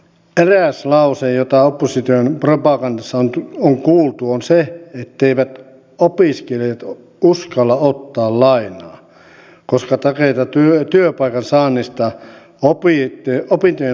eräs lause jota opposition propagandassa on kuultu on se etteivät opiskelijat uskalla ottaa lainaa koska takeita työpaikan saannista opintojen loputtua ei ole